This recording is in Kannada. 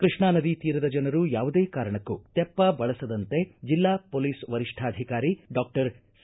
ಕೃಷ್ಣಾ ನದಿ ತೀರದ ಜನರು ಯಾವುದೇ ಕಾರಣಕ್ಕೂ ತೆಪ್ಪ ಬಳಸದಂತೆ ಜಿಲ್ಲಾ ಪೊಲೀಸ್ ವರಿಷ್ಠಾಧಿಕಾರಿ ಡಾಕ್ಟರ್ ಸಿ